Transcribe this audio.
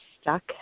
stuck